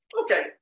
Okay